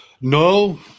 No